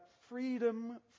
freedom